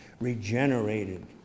regenerated